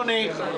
אדוני,